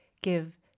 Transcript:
give